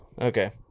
Okay